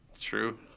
true